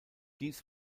dies